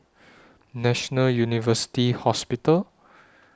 National University Hospital